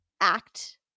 act